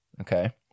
okay